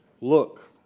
look